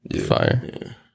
Fire